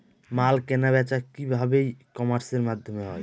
মাল কেনাবেচা কি ভাবে ই কমার্সের মাধ্যমে হয়?